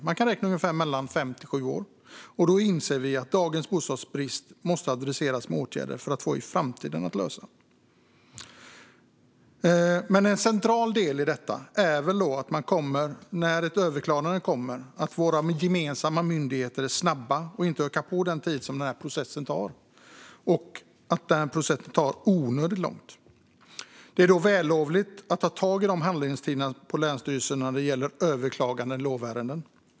Man kan räkna med mellan fem och sju år, och då inser vi att dagens bostadsbrist måste adresseras med åtgärder i dag för att lösas i framtiden. En central del i detta är att våra gemensamma myndigheter när ett överklagande kommer är snabba och inte ökar på den tid processen tar så att den tar onödigt lång tid. Det är då vällovligt att ta tag i handläggningstiderna på länsstyrelserna när det gäller överklagande av lovärenden.